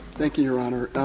thank you, your honor.